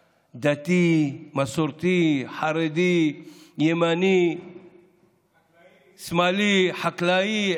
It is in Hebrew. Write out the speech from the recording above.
דתי, מסורתי, חרדי, ימני, שמאלי, חקלאי.